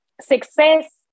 success